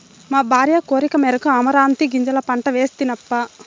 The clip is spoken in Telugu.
మా భార్య కోరికమేరకు అమరాంతీ గింజల పంట వేస్తినప్పా